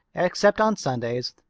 except on sundays,